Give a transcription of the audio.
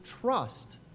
trust